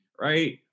right